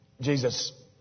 Jesus